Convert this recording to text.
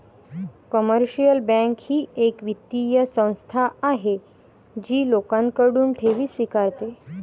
commercial bank ही एक वित्तीय संस्था आहे जी लोकांकडून ठेवी स्वीकारते